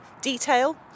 detail